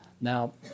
Now